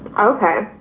okay.